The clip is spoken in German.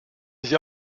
sich